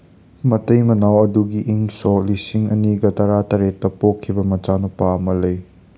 ꯃꯇꯩ ꯃꯅꯥꯎ ꯑꯗꯨꯒꯤ ꯏꯪ ꯁꯣꯛ ꯂꯤꯁꯤꯡ ꯑꯅꯤꯒ ꯇꯔꯥꯇꯔꯦꯠꯇ ꯄꯣꯛꯈꯤꯕ ꯃꯆꯥ ꯅꯨꯄꯥ ꯑꯃ ꯂꯩ